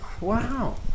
Wow